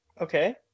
okay